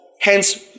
hence